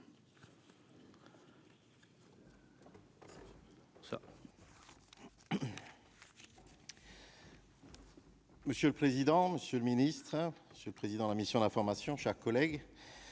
Monsieur le président, Monsieur le Ministre, ce président de la mission d'information, chers collègues,